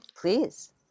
please